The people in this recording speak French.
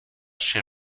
chez